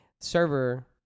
server